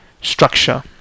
structure